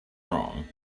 wrong